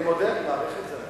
אני מודה, מעריך את זה.